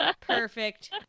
perfect